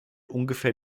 ungefähr